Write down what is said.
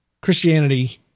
Christianity